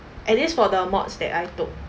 at least for the mods that I took